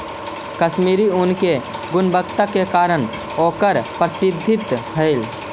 कश्मीरी ऊन के गुणवत्ता के कारण ओकर प्रसिद्धि हइ